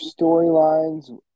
storylines